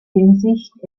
hinsicht